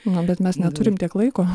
na bet mes neturim tiek laiko